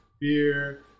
beer